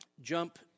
jump